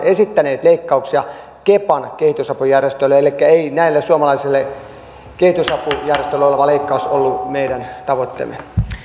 esittäneet leikkauksia kepan kehitysapujärjestöille elikkä ei näille suomalaisille kehitysapujärjestöille oleva leikkaus ollut meidän tavoitteemme